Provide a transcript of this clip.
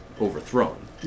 overthrown